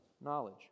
knowledge